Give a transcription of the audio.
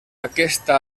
aquesta